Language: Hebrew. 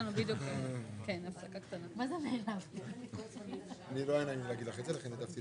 קודם כול, הקורונה עדיין לא נגמרה סופית.